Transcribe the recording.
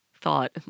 thought